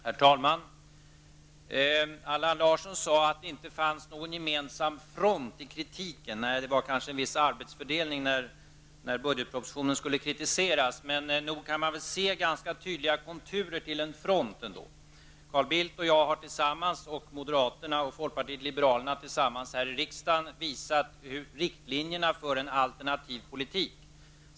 Herr talman! Allan Larsson sade att det inte fanns någon gemensam front i kritiken. Nej, det var kanske en viss arbetsfördelning, när budgetpropositionen skulle kritiseras. Men nog kan man väl se ganska tydliga konturer till en front ändå. Carl Bildt och jag tillsammans och moderaterna och folkpartiet liberalerna tillsammans här i riksdagen har visat riktlinjerna för en alternativ politik.